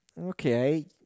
okay